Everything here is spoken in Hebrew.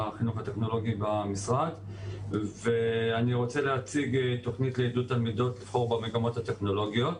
אני רוצה להציג תוכנית לעידוד תלמידות לבחור במגמות הטכנולוגיות.